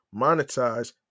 monetize